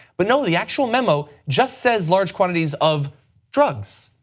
but no, the actual memo just says large quantities of drugs.